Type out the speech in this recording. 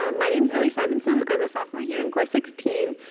um my name's ellie simonson. i'm a sophomore here in core sixteen.